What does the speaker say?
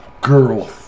girl